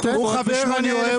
אני אוהב